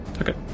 Okay